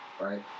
right